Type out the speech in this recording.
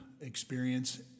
experience